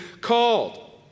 called